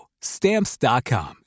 Stamps.com